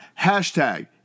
hashtag